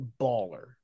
baller